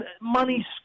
Money